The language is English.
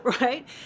Right